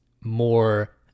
more